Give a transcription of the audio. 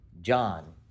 John